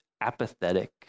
apathetic